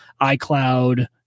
iCloud